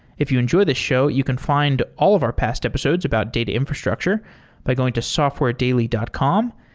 if you enjoy the show, you can find all of our past episodes about data infrastructure by going to softwaredaily dot com.